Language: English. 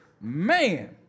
Man